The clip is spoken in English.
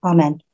Amen